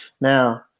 Now